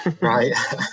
Right